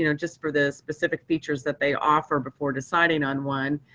you know just for the specific features that they offer before deciding on one.